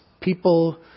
people